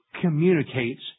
communicates